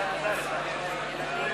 ההצעה להעביר